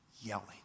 yelling